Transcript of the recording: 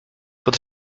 pod